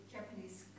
Japanese